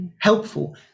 helpful